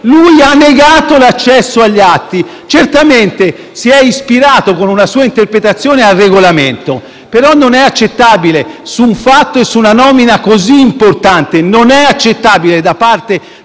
Lui ha negato l'accesso agli atti. Certamente, si è ispirato, con una sua interpretazione, al Regolamento, però su un fatto e su una nomina così importante non è accettabile, da parte